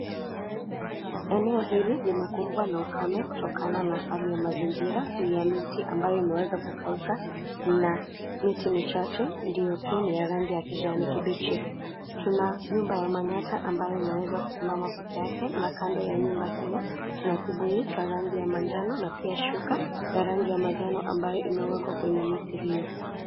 Eneo hili limekumbwa na ukame kutokana na hali ya mazingira, enye miti ambayo imeweza kukauka. Na miti michache ndiyo tu ni ya rangi ya kijani kibichi. Tuna nyumba ya manyata ambayo inaweza kusimama peke yake. Na kando ya nyumba hiyo tuna kibuyu cha rangi ya manjano na pia shuka ya rangi ya majano ambayo imewekwa kwenye miti hiyo.